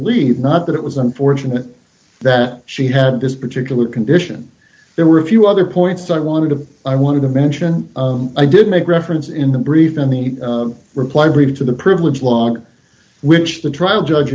leave not that it was unfortunate that she had this particular condition there were a few other points that i wanted to i wanted to mention i did make reference in the brief in the reply brief to the privilege law which the trial judge